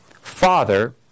Father